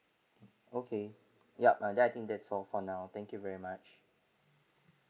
okay ya I think that's all for now thank you very much